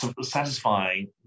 satisfying